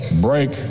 break